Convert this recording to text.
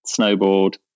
snowboard